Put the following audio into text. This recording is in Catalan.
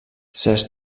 certs